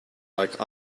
like